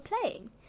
playing